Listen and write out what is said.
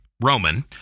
Roman